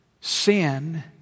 Sin